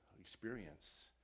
experience